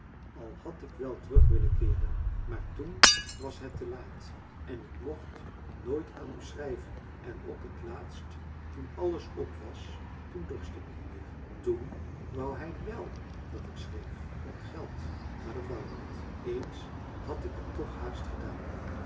al had ik wel terug willen keeren maar toen was het te laat en ik mocht nooit aan u schrijven en op het laatst toen alles op was toen dorst ik niet meer toen wou hij wel dat ik schreef om geld maar dat wou ik niet eens had ik het toch haast gedaan